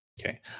Okay